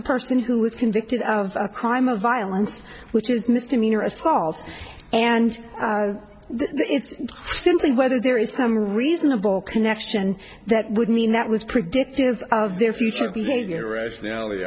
a person who was convicted of a crime of violence which is misdemeanor assault and it's simply whether there is some reasonable connection that would mean that was predictive of their future behavior rationality